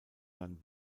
dann